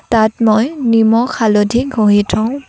তাত মই নিমখ হালধি ঘঁহি থওঁ